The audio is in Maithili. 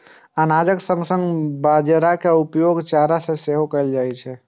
अनाजक संग संग बाजारा के उपयोग चारा मे सेहो कैल जाइ छै